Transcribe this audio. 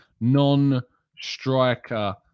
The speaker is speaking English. non-striker